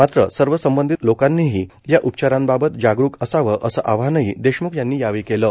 मात्र सर्व संबंधित लोकांनीही या उपचारांबाबत जागरुक रहावं असं आवाहनही देशम्ख यांनी केलं आहे